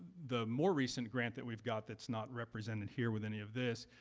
the more recent grant that we got that is not represented here with any of this,